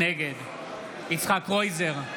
נגד יצחק קרויזר,